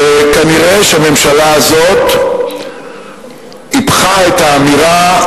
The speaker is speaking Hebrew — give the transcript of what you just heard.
שכנראה הממשלה הזאת טיפחה את האמירה: